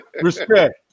Respect